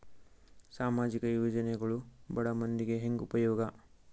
ಸಾಮಾಜಿಕ ಯೋಜನೆಗಳು ಬಡ ಮಂದಿಗೆ ಹೆಂಗ್ ಉಪಯೋಗ?